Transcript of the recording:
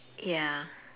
ya